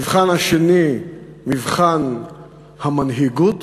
המבחן השני, מבחן המנהיגות,